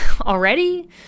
already